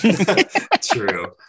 True